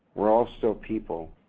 we're all still people.